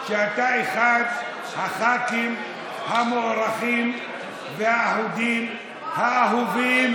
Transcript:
שאתה אחד הח"כים המוערכים והאהודים, האהובים,